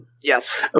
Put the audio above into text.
Yes